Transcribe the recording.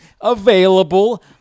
available